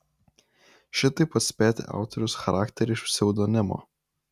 šitaip atspėti autoriaus charakterį iš pseudonimo